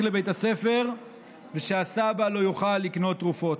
לבית הספר והסבא לא יוכל לקנות תרופות.